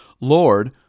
Lord